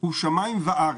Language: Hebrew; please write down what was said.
הוא שמים וארץ.